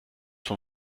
vom